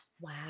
Wow